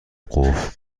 قفل